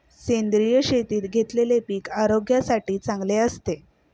सेंद्रिय शेतीत घेतलेले पीक आरोग्यासाठी चांगले असते